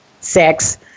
sex